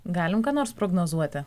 galim ką nors prognozuoti